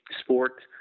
sport